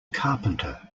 carpenter